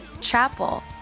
Chapel